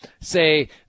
say